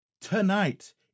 Tonight